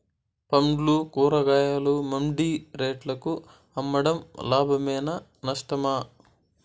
పండ్లు కూరగాయలు మండి రేట్లకు అమ్మడం లాభమేనా నష్టమా?